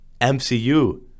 MCU